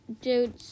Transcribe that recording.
dude